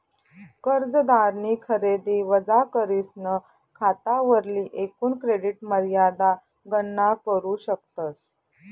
कर्जदारनी खरेदी वजा करीसन खातावरली एकूण क्रेडिट मर्यादा गणना करू शकतस